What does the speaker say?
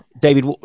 David